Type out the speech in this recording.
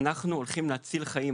אנחנו הולכים להציל חיים,